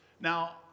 Now